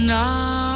now